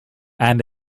and